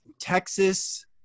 Texas